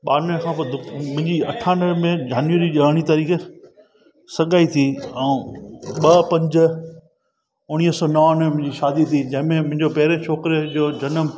ॿियानवे खां पोइ मुंहिंजी अठानवे में धानवी दिवानी तरीक़े सां सगाई थी ऐं ॿ पंज उणिवीह सौ नवानवे में मुंहिंजी शादी थी जंहिंमें मुंहिंजो पहिरें छोकिरे जो जनमु